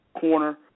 corner